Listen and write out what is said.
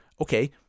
Okay